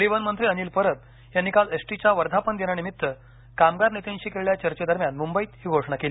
परिवहन मंत्री अनील परब यांनी काल एसटीच्या वर्धापन दिना निमित्त कामगार नेत्यांशी केलेल्या चर्चे दरम्यान मुंबईत ही घोषणा केली